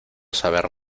saber